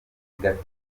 gato